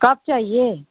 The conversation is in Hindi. कब चाहिए